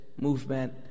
movement